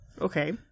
Okay